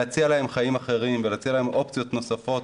להציע להם חיים אחרים ואופציות נוספות